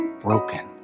broken